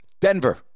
Denver